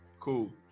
Cool